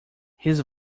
his